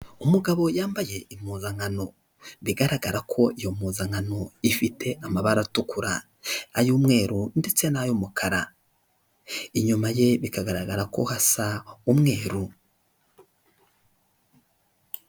Umugabo yambaye impuzankano bigaragara ko iyo mpuzankano ifite amabara atukura, ay'umweru ndetse n'ay'umukara, inyuma ye bikagaragara ko hasa umweru.